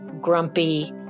grumpy